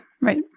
right